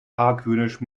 argwöhnisch